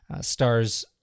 stars